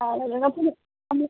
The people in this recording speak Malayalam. ആ എന്നാൽ ചെയ്യാം നമ്മള്